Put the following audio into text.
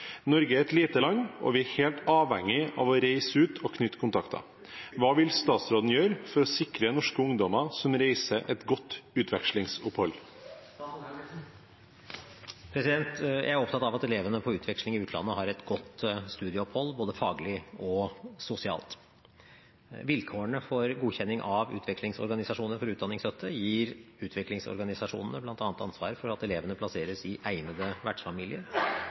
Norge er et lite land, og vi er helt avhengige av å reise ut og knytte kontakter. Hva vil statsråden gjøre for å sikre norske ungdommer som reiser, et godt utvekslingsopphold?» Jeg er opptatt av at elevene på utveksling i utlandet har et godt studieopphold, både faglig og sosialt. Vilkårene for godkjenning av utvekslingsorganisasjoner for utdanningsstøtte gir utvekslingsorganisasjonene bl.a. ansvar for at elevene plasseres i egnede vertsfamilier,